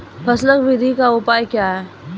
फसल बृद्धि का उपाय क्या हैं?